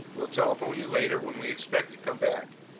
we'll telephone you later when we expect to come back.